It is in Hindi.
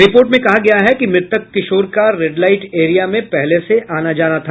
रिपोर्ट में कहा गया है कि मृतक किशोर का रेडलाईट एरिया में पहले से आना जाना था